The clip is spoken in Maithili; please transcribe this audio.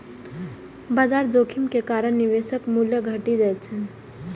बाजार जोखिम के कारण निवेशक मूल्य घटि जाइ छै